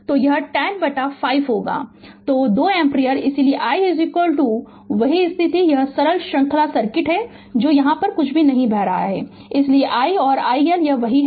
तो यह 10 बटा 5 होगा तो 2 एम्पीयर इसलिए i और वही स्थिति यह सरल श्रृंखला सर्किट है तो यहां कुछ भी नहीं बह रहा है इसलिए i और i L यह वही है